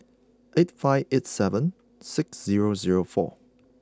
eight five eight seven six zero zero four